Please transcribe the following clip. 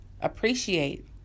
appreciate